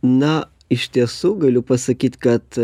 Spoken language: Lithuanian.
na iš tiesų galiu pasakyt kad